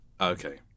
Okay